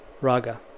Raga